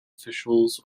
officials